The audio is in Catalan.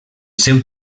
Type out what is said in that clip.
seu